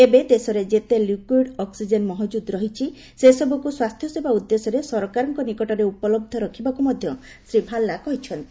ଏବେ ଦେଶରେ ଯେତେ ଲିକ୍ୟୁଇଡ ଅକ୍ନିଜେନ ମହଜୁଦ୍ ଅଛି ସେସବୁକୁ ସ୍ପାସ୍ଥ୍ୟସେବା ଉଦ୍ଦେଶ୍ୟରେ ସରକାରଙ୍କ ନିକଟରେ ଉପଲବ୍ଧ ରଖିବାକୁ ମଧ୍ୟ ଶୀ ଭାଲ୍ଲା କହିଛନ୍ତି